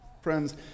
Friends